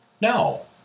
no